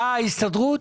אתה ההסתדרות?